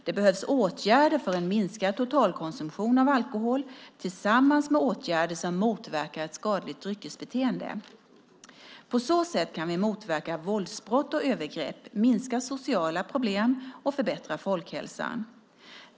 Det behövs åtgärder för en minskad totalkonsumtion av alkohol tillsammans med åtgärder som motverkar ett skadligt dryckesbeteende. På så sätt kan vi motverka våldsbrott och övergrepp, minska sociala problem och förbättra folkhälsan.